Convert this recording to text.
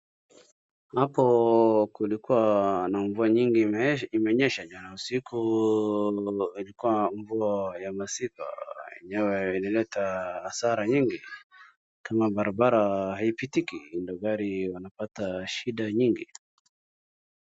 Hapo kulikua na mvua nyingi imenyesha jana usiku, ilikikuwa mvua ya masika. Enywe ilileta hasara nyingi kama barabara haipitiki ndo gari wanapata shida nyingi.